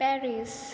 Paris